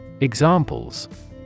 Examples